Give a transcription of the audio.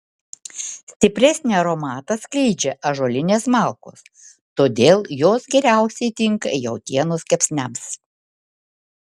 stipresnį aromatą skleidžia ąžuolinės malkos todėl jos geriausiai tinka jautienos kepsniams